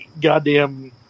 goddamn